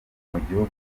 mugihugu